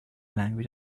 language